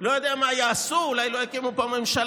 ולא יודע מה יעשו, אולי לא יקימו פה ממשלה.